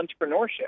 entrepreneurship